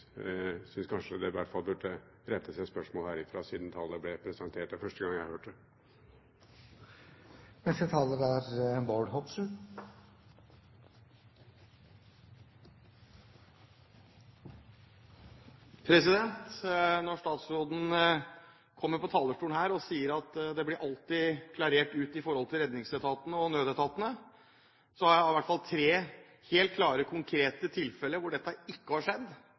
jeg syns kanskje det iallfall burde rettes et spørsmål herfra siden det tallet ble presentert. Det er første gang jeg har hørt det. Statsråden kommer på talerstolen her og sier at det alltid blir klarert ut i forhold til redningsetaten og nødetatene, men jeg kjenner til tre helt konkrete tilfeller hvor dette ikke har skjedd.